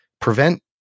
prevent